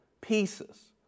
pieces